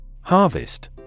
Harvest